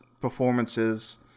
performances